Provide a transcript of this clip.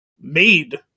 made